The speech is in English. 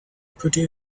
pretty